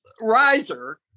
riser